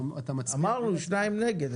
אמרנו, שניים נגד.